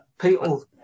People